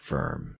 Firm